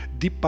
di